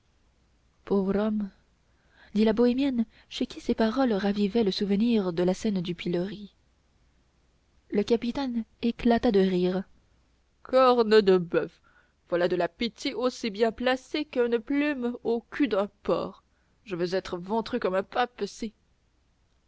pauvre homme dit la bohémienne chez qui ces paroles ravivaient le souvenir de la scène du pilori le capitaine éclata de rire corne de boeuf voilà de la pitié aussi bien placée qu'une plume au cul d'un porc je veux être ventru comme un pape si